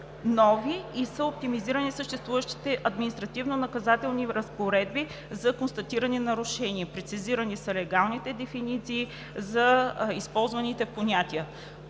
нови и са оптимизирани съществуващите административнонаказателни разпоредби за констатирани нарушения. Прецизирани са легалните дефиниции на използваните понятия.